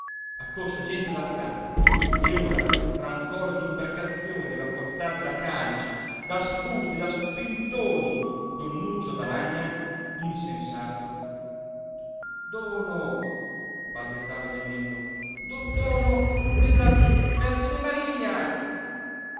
chiesa accorse gente dalla piazza e ora tra un coro d'imprecazioni rafforzate da calci da sputi e da spintoni don nuccio d'alagna insensato dono balbettava gemendo dono della vergine maria